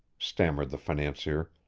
stammered the financier.